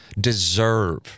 deserve